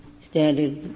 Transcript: standard